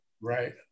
right